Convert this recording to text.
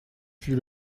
fut